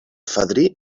fadrí